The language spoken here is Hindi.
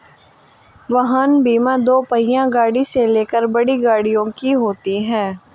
वाहन बीमा दोपहिया गाड़ी से लेकर बड़ी गाड़ियों की होती है